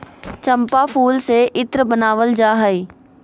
चम्पा फूल से इत्र बनावल जा हइ